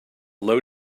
low